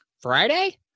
Friday